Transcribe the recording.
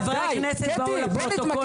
מי שבאמת אכפת לו --- חברי הכנסת באו לפרוטוקול,